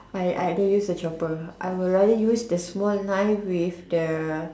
I I don't use a chopper I would rather use a small knife with the